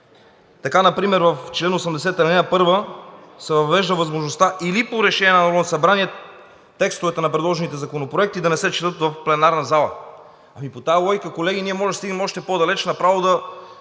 Така например в чл. 80, ал. 1 се въвежда възможността „или по решение на Народното събрание текстовете на предложените законопроекти да не се четат в пленарната зала". По тази логика, колеги, ние може да стигнем още по-далеч – направо да